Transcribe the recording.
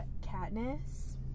Katniss